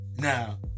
Now